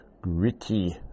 gritty